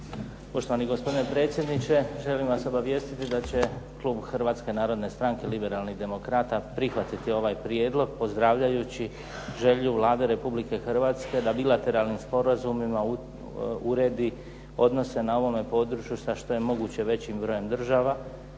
Poštovani gospodine predsjedniče, želim vas obavijestiti da će klub Hrvatske narodne stranke liberalnih demokrata prihvatiti ovaj prijedlog pozdravljajući želju Vlade Republike Hrvatske da bilateralnim sporazumima uredi odnose na ovome području sa što je moguće većim brojem država,